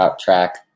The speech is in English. track